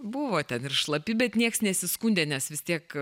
buvo ten ir šlapi bet nieks nesiskundė nes vis tiek